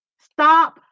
Stop